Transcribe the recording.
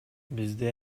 бизде